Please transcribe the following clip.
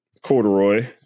corduroy